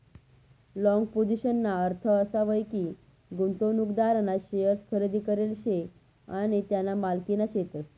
long पोझिशनना अर्थ असा व्हस की, गुंतवणूकदारना शेअर्स खरेदी करेल शे आणि त्या त्याना मालकीना शेतस